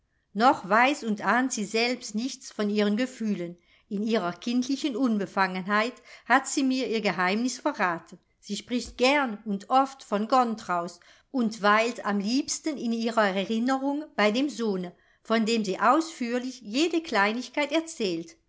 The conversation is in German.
noch weiß und ahnt sie selbst nichts von ihren gefühlen in ihrer kindlichen unbefangenheit hat sie mir ihr geheimnis verraten sie spricht gern und oft von gontraus und weilt am liebsten in ihrer erinnerung bei dem sohne von dem sie ausführlich jede kleinigkeit erzählt